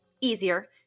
easier